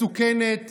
מסוכנת